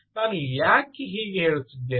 ನಾನು ಯಾಕೆ ಹೀಗೆ ಹೇಳುತ್ತಿದ್ದೇನೆ